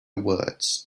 words